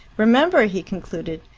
remember, he concluded,